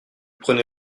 prenais